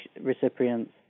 recipients